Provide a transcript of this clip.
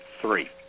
Three